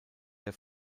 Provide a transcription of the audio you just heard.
der